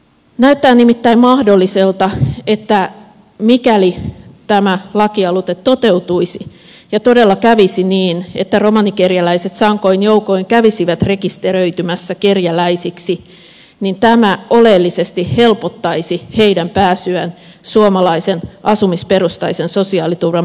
näyttää nimittäin mahdolliselta että mikäli tämä lakialoite toteutuisi ja todella kävisi niin että romanikerjäläiset sankoin joukoin kävisivät rekisteröitymässä kerjäläisiksi niin tämä oleellisesti helpottaisi heidän pääsyään suomalaisen asumisperustaisen sosiaaliturvan piiriin